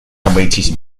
обойтись